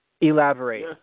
Elaborate